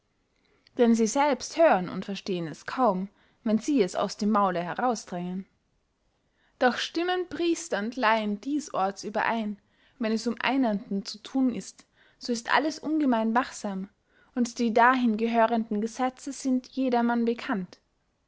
denn sie selbst hören und verstehen es kaum wenn sie es aus dem maule herausdrängen doch stimmen priester und layen diesorts überein wenn es um einerndten zu thun ist so ist alles ungemein wachsam und die dahin gehörenden gesetze sind jedermann bekannt